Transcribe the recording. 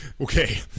okay